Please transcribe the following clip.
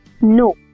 no